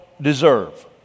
deserve